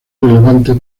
relevante